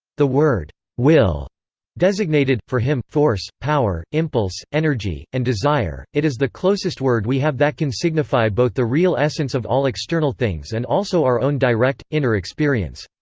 the word will designated, for him, force, power, impulse, energy, and desire it is the closest word we have that can signify both the real essence of all external things and also our own direct, inner experience.